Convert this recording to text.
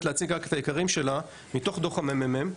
להציג רק את העיקרים שלה מתוך דוח הממ"מ.